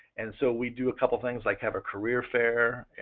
and so we do a couple of things like have a career fair,